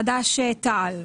חד"ש-תע"ל.